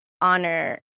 honor